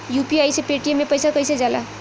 UPI से Paytm मे पैसा कइसे जाला?